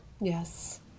Yes